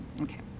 Okay